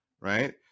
right